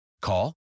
Call